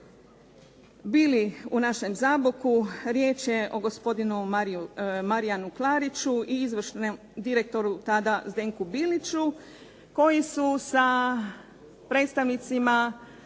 bili u našem Zaboku. Riječ je o gospodinu Marijanu Klariću i izvršnom direktoru tada Zdenku Biliću koji su sa predstavnicima